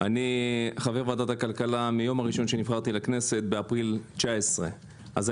אני חבר ועדת הכלכלה מיום הראשון שנבחרתי לכנסת באפריל 19'. אני